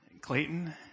Clayton